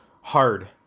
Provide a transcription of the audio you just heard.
hard